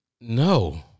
no